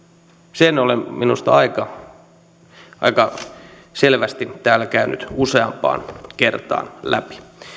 sen olen minusta aika aika selvästi täällä käynyt useampaan kertaan läpi